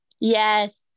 Yes